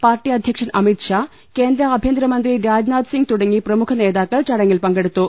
party അധ്യക്ഷൻ അമിത്ഷാ കേന്ദ്ര ആഭ്യന്തരമന്ത്രി രാജ്നാ ഥ്സിംഗ് തുടങ്ങി പ്രമുഖ നേതാക്കൾ ചടങ്ങിൽ പങ്കെടുത്തു